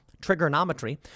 Trigonometry